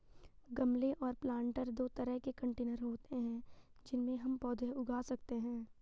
गमले और प्लांटर दो तरह के कंटेनर होते है जिनमें हम पौधे उगा सकते है